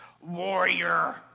warrior